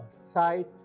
site